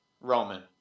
Roman